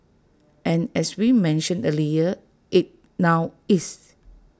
and as we mentioned earlier IT now is